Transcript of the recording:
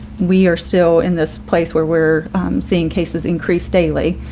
we are still in this place where we're seeing cases increase daily.